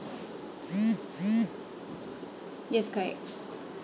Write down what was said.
yes correct